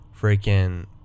Freaking